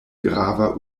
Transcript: grava